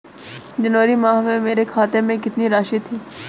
जनवरी माह में मेरे खाते में कितनी राशि थी?